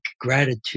gratitude